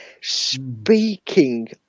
Speaking